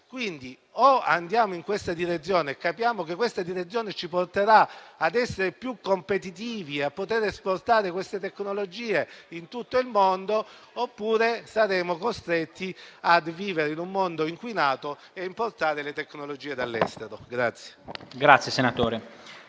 chiara: o andiamo in questa direzione e capiamo che questa direzione ci porterà ad essere più competitivi, a poter esportare queste tecnologie in tutto il mondo, oppure saremo costretti a vivere in un mondo inquinato e a importare le tecnologie dall'estero.